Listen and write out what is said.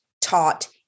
taught